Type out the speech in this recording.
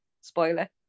Spoiler